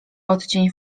odcień